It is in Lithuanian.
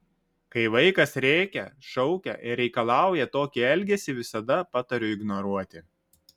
kai vaikas rėkia šaukia ir reikalauja tokį elgesį visada patariu ignoruoti